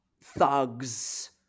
thugs